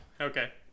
Okay